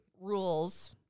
rules